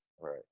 right